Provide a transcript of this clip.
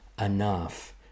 enough